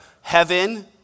Heaven